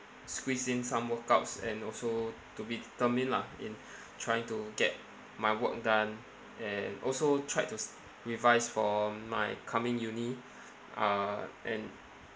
squeeze in some workouts and also to be determined lah in trying to get my work done and also tried to revise for my coming uni uh and